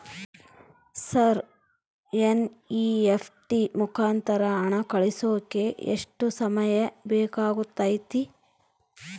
Sir NEFT ಮುಖಾಂತರ ಹಣ ಕಳಿಸೋಕೆ ಎಷ್ಟು ಸಮಯ ಬೇಕಾಗುತೈತಿ?